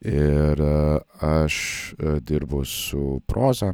ir aš dirbu su proza